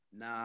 Nah